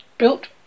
Built